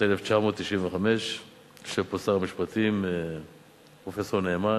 משנת 1995. יושב פה שר המשפטים פרופסור נאמן.